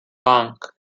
bank